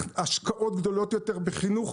השקעות גדולות יותר בחינוך.